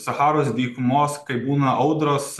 sacharos dykumos kai būna audros